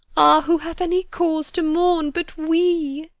ah, who hath any cause to mourn but we?